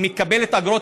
היא מקבלת אגרות,